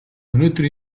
өнөөдөр